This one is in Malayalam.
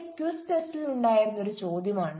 ഇത് ഇന്നലെ ക്വിസ് ടെസ്റ്റിലുണ്ടായിരുന്ന ഒരു ചോദ്യമാണ്